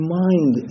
mind